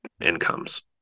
incomes